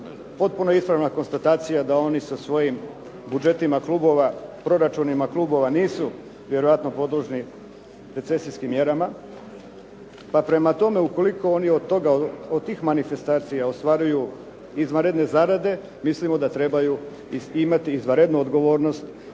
Potpuno je ispravna konstatacija da oni sa svojim budžetima klubova, proračunima klubova nisu vjerojatno podložni recesijskim mjerama, pa prema tome ukoliko oni od tih manifestacija ostvaruju izvanredne zarade, mislim da trebaju imati i izvanrednu odgovornost